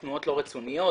תנועות לא רצוניות,